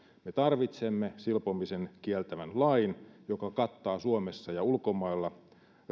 me tarvitsemme silpomisen kieltävän lain joka kattaa suomessa ja ulkomailla